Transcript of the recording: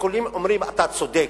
כולם אומרים: אתה צודק.